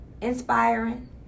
inspiring